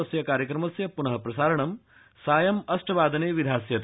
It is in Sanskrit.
अस्य कार्यक्रमस्य पूनः प्रसारण सायम् अष्टवादने विधास्यते